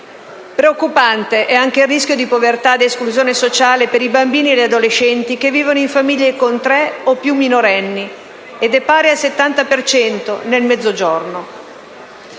Preoccupante è anche il rischio di povertà ed esclusione sociale per i bambini e gli adolescenti che vivono in famiglie con tre o più minorenni, pari al 70 per cento nel Mezzogiorno.